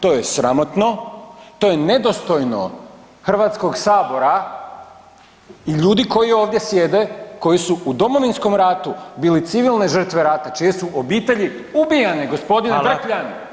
To je sramotno, to je nedostojno Hrvatskog sabora i ljudi koji ovdje sjede koji su u Domovinskom ratu bili civilne žrtve rata čije su obitelji ubijane gospodine Vrkljan.